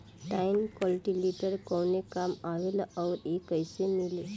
Tine cultivator कवने काम आवेला आउर इ कैसे मिली?